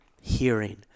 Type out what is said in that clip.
hearing